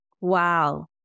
Wow